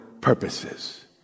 purposes